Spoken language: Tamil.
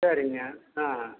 சரிங்க ஆ